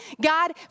God